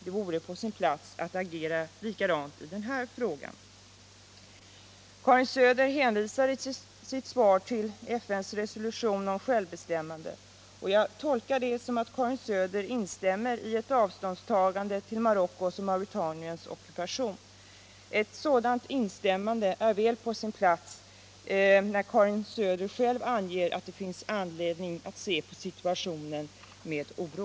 Det vore på sin plats att agera likadant i den här frågan. Karin Söder hänvisar i sitt svar till FN:s resolution om invånarnas rätt till självbestämmande, och jag tolkar det så att Karin Söder instämmer i avståndstagandet från Marockos och Mauretaniens ockupation. Ett sådant är väl på sin plats med tanke på att Karin Söder själv anger att det finns anledning att se på situationen med oro.